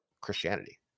Christianity